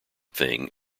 thing